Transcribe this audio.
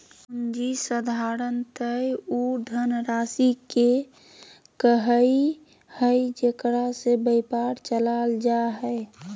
पूँजी साधारणतय उ धनराशि के कहइ हइ जेकरा से व्यापार चलाल जा हइ